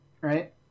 Right